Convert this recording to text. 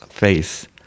face